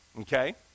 Okay